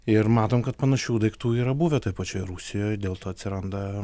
ir matom kad panašių daiktų yra buvę toj pačioj rusijoj dėl to atsiranda